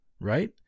right